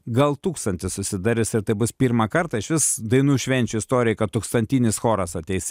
gal tūkstantis susidarys ir tai bus pirmą kartą išvis dainų švenčių istorijoj kad tūkstantinis choras ateis